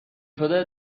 شده